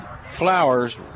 flowers